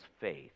faith